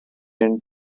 and